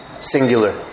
Singular